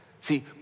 See